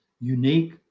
unique